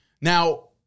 Now